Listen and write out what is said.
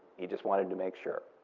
he just wanted to make sure.